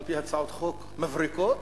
על-פי הצעות חוק מבריקות,